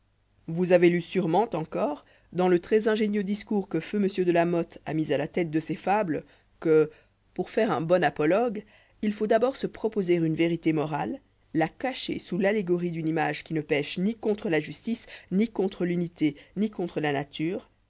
vous avez lu sûrement encore dans le trèsingénieuxdiscoursquefeum de la motte a mis à la tête de ses fables que pour faire un bon apologue il faut d'abord se proposer une vérité morale la cacher sous l'allégorie d'une image qui ne pèche ni contre la justesse ni contre vunité ni contre la nature